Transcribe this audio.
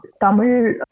Tamil